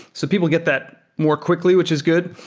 so people get that more quickly, which is good.